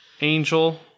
Angel